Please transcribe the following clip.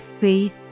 faith